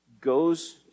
goes